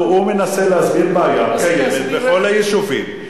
הוא מנסה להסדיר בעיה קיימת בכל היישובים.